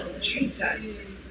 Jesus